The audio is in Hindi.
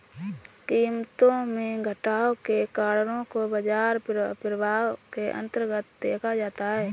कीमतों में घटाव के कारणों को बाजार प्रभाव के अन्तर्गत देखा जाता है